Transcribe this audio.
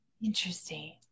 interesting